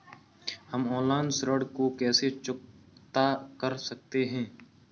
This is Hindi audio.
हम ऑनलाइन ऋण को कैसे चुकता कर सकते हैं?